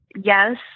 yes